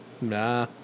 Nah